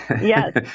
Yes